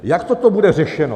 Jak toto bude řešeno?